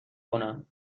کنم